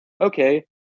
okay